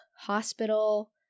hospital